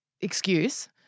excuse